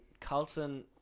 Carlton